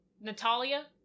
Natalia